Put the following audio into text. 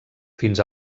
fins